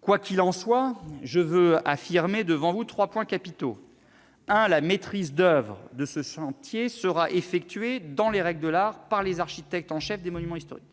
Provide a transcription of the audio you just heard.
Quoi qu'il en soit, je veux affirmer devant vous trois points capitaux. Premièrement, la maîtrise d'oeuvre de ce chantier sera effectuée, dans les règles de l'art, par les architectes en chef des monuments historiques,